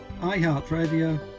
iHeartRadio